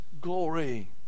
glory